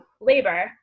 labor